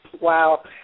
Wow